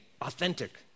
authentic